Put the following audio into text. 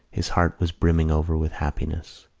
his heart was brimming over with happiness.